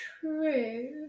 True